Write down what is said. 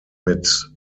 mit